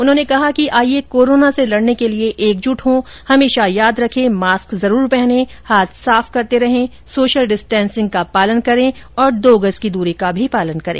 उन्होंने कहा कि आइये कोरोना से लड़ने के लिए एकजुट हों हमेशा याद रखें मास्क जरूर पहनें हाथ साफ करते रहें सोशल डिस्टेंसिंग का पालन करें और दो गज की दूरी का पालन करें